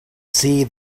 see